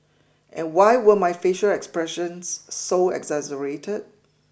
and why were my facial expressions so exaggerated